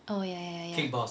oh ya ya ya